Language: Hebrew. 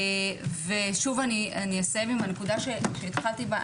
אני אסיים עם הנקודה שהתחלתי בה,